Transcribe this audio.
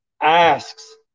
asks